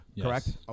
Correct